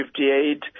58